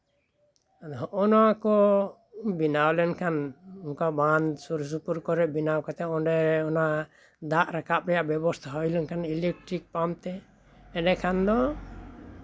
ᱟᱫᱚ ᱦᱚᱸᱜᱼᱚ ᱱᱚᱣᱟ ᱠᱚ ᱵᱮᱱᱟᱣ ᱞᱮᱱᱠᱷᱟᱱ ᱚᱱᱠᱟ ᱵᱟᱸᱫᱷ ᱥᱩᱨ ᱥᱩᱯᱩᱨ ᱠᱚᱨᱮᱜ ᱵᱮᱱᱟᱣ ᱠᱟᱛᱮᱜ ᱚᱸᱰᱮ ᱚᱱᱟ ᱫᱟᱜ ᱨᱟᱠᱟᱵᱽ ᱨᱮᱭᱟᱜ ᱵᱮᱵᱚᱥᱛᱷᱟ ᱦᱩᱭ ᱞᱮᱱᱠᱷᱟᱱ ᱤᱞᱮᱠᱴᱤᱨᱤᱠ ᱯᱟᱢᱯ ᱛᱮ ᱮᱸᱰᱮ ᱠᱷᱟᱱ ᱫᱚ